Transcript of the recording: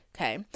Okay